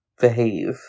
behave